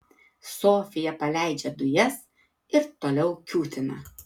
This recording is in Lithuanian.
sofija paleidžia dujas ir toliau kiūtina